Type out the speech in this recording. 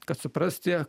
kad suprasti